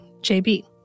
JB